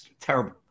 Terrible